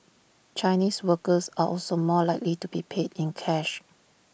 Chinese workers are also more likely to be paid in cash